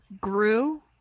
grew